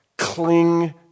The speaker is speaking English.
Cling